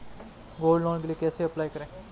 Gold loan के लिए कैसे अप्लाई करें?